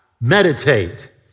meditate